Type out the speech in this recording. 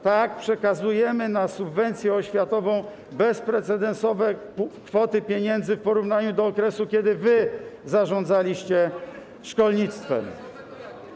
Tak, przekazujemy na subwencję oświatową bezprecedensowe kwoty pieniędzy w porównaniu z okresem, kiedy wy zarządzaliście szkolnictwem.